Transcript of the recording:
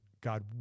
god